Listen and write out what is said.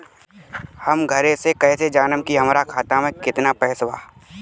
हम घरे से कैसे जानम की हमरा खाता मे केतना पैसा बा?